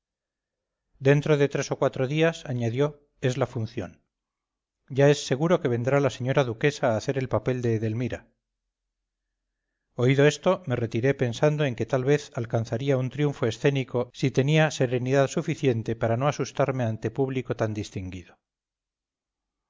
dentro de tres o cuatro días añadió es la función ya es seguro que vendrá la señora duquesa a hacer el papel de edelmira oído esto me retiré pensando en que tal vez alcanzaría un triunfo escénico si tenía serenidad suficiente para no asustarme ante público tan distinguido